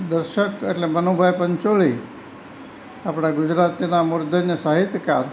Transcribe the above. દર્શક એટલે મનુભાઈ પંચોલી આપણાં ગુજરાતીનાં મૂર્ધન્ય સાહિત્યકાર